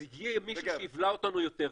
אז הגיע מישהו שיבלע אותנו יותר,